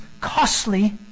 costly